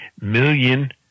million